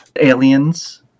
aliens